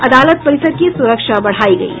अदालत परिसर की सुरक्षा बढ़ायी गयी